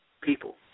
people